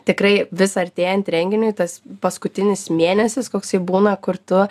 tikrai vis artėjant renginiui tas paskutinis mėnesis koksai būna kur tu